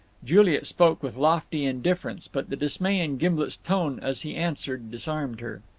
juliet spoke with lofty indifference, but the dismay in gimblet's tone as he answered disarmed her.